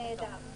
נהדר.